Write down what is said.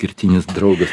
kertinis draugas